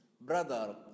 brother